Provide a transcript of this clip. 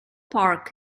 park